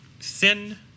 thin